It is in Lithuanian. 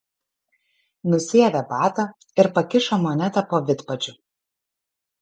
nusiavė batą ir pakišo monetą po vidpadžiu